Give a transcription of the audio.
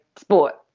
Sport